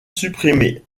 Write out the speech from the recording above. supprimée